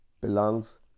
belongs